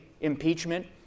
Impeachment